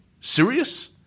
Serious